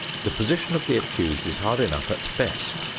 the position of the accused is hard enough at best.